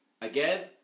again